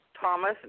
Thomas